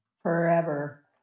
forever